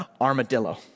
armadillo